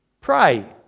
pray